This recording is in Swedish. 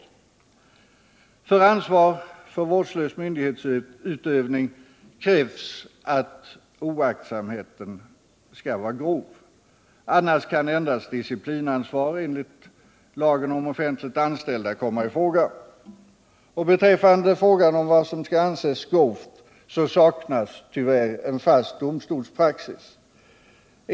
För ansvar för vårdslös myndighetsutövning krävs att oaktsamheten skall vara grov; i annat fall kan endast disciplinansvar enligt lagen om offentligt anställda komma i fråga. Beträffande frågan om vad som skall anses som grovt saknas det tyvärr en fast domstolspraxis.